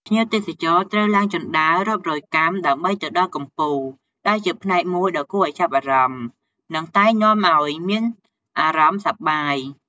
ភ្ញៀវទេសចរត្រូវឡើងជណ្ដើររាប់រយកាំដើម្បីទៅដល់កំពូល ដែលជាផ្នែកមួយដ៏គួរឱ្យចាប់អារម្មណ៍ និងតែងនាំឲ្យមានអារម្មណ៍សប្បាយ។